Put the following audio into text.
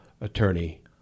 Attorney